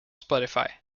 spotify